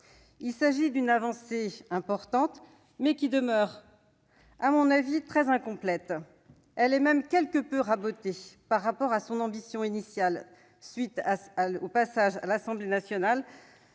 Il s'agit d'une avancée importante, mais qui demeure à mon avis très incomplète. Elle est même quelque peu rabotée par rapport à son ambition initiale à la suite à son passage à l'Assemblée nationale